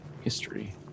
history